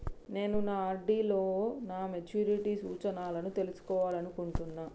నేను నా ఆర్.డి లో నా మెచ్యూరిటీ సూచనలను తెలుసుకోవాలనుకుంటున్నా